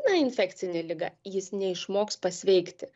na infekcine liga jis neišmoks pasveikti